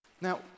Now